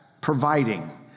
providing